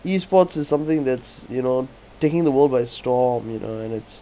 E sports is something that's you know taking the world by storm you know and it's